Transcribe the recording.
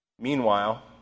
Meanwhile